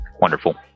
Wonderful